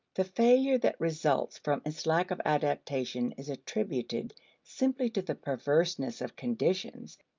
the failure that results from its lack of adaptation is attributed simply to the perverseness of conditions,